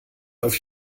auf